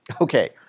Okay